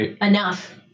enough